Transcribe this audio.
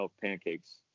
pancakes